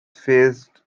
phased